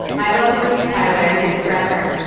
my love for you, tyler, is forever.